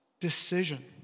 decision